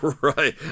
Right